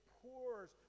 pours